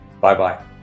Bye-bye